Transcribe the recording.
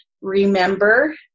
remember